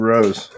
Rose